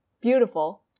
Beautiful